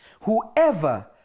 Whoever